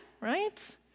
right